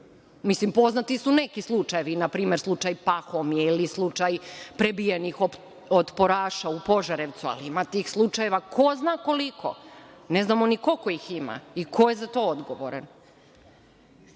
Mislim, poznati su neki slučajevi, npr. slučaj Pahomije ili slučaj prebijenih otporaša u Požarevcu, ima tih slučajeva ko zna koliko. Ne znamo ni koliko ih ima i ko je za to odgovoran. Dalje,